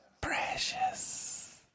precious